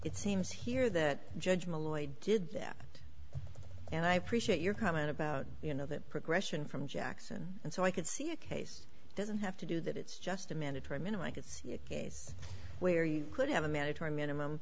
seems here that judge malloy did that and i appreciate your comment about you know that progression from jackson and so i could see a case doesn't have to do that it's just a minute by minute i could see a case where you could have a mandatory minimum